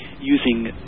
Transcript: using